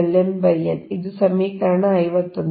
Lnn ಇದು ಸಮೀಕರಣ 51